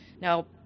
Now